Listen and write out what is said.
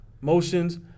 motions